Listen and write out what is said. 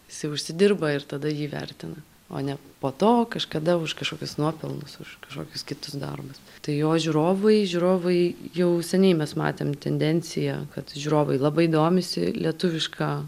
jisai užsidirba ir tada jį vertina o ne po to kažkada už kažkokius nuopelnus už kažkokius kitus darbus tai jo žiūrovai žiūrovai jau seniai mes matėm tendenciją kad žiūrovai labai domisi lietuviška